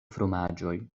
fromaĝoj